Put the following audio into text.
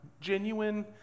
genuine